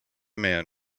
man